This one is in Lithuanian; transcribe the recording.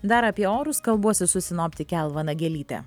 dar apie orus kalbuosi su sinoptike alva nagelyte